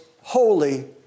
holy